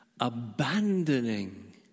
Abandoning